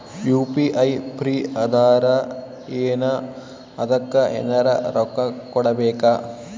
UPI free ಅದಾರಾ ಏನ ಅದಕ್ಕ ಎನೆರ ರೊಕ್ಕ ಕೊಡಬೇಕ?